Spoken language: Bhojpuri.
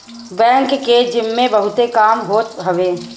बैंक के जिम्मे बहुते काम होत हवे